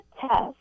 test